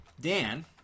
Dan